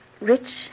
rich